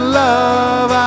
love